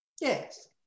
Yes